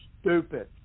stupid